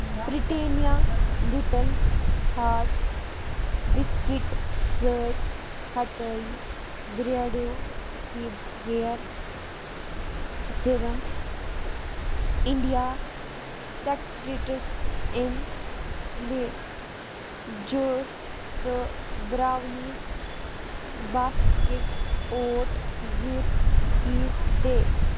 Britannia little hearts biscuit سۭتۍ ہٹٲیِو بریڈو ہی ہیر سِرم اِنٛڈیا سیکرِٹٕس اِملہِ جوٗس تہٕ برٛاونیٖز باسکِٹ اوٹ زیُر کُکیٖز تہِ